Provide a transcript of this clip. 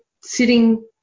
sitting